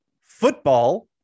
football